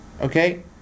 Okay